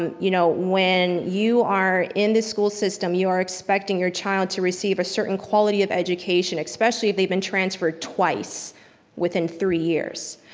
um you know when you are in the school system, you're expecting your child to receive a certain quality of education especially if they've been transferred twice within three years.